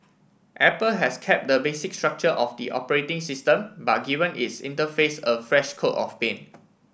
Apple has kept the basic structure of the operating system but given its interface a fresh coat of paint